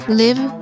live